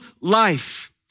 life